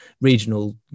regional